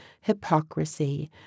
hypocrisy